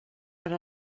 per